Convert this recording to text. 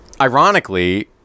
ironically